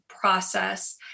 process